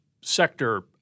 sector